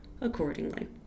accordingly